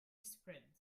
spread